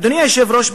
אדוני היושב-ראש,